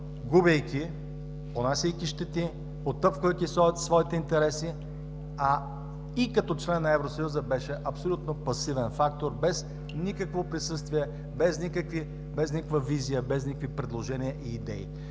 губейки, понасяйки щети, потъпквайки своите интереси, а и като член на Евросъюза беше абсолютно пасивен фактор без никакво присъствие, без никаква визия, без никакви предложения и идеи.